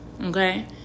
okay